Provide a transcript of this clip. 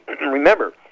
Remember